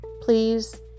please